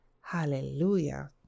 Hallelujah